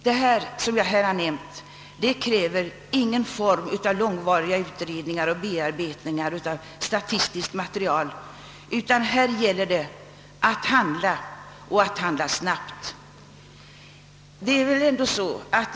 De åtgärder jag nu nämnt kräver inte någon form av långvariga utredningar och bearbetningar av statistiskt material, utan det gäller att handla nu och att handla snabbt.